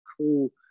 cool